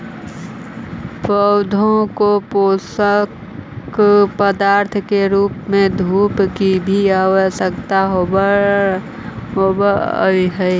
पौधों को पोषक पदार्थ के रूप में धूप की भी आवश्यकता होवअ हई